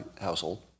household